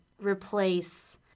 replace